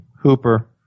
Hooper